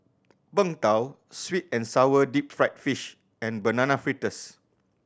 Png Tao sweet and sour deep fried fish and Banana Fritters